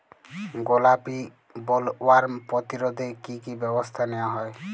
গোলাপী বোলওয়ার্ম প্রতিরোধে কী কী ব্যবস্থা নেওয়া হয়?